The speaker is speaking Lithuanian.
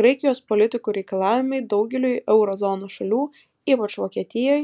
graikijos politikų reikalavimai daugeliui euro zonos šalių ypač vokietijai